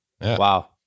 wow